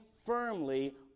firmly